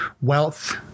wealth